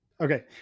Okay